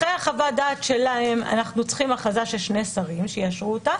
אחרי חוות הדעת שלהם אנחנו צריכים הכרזה של שני שרים שיאשרו אותה.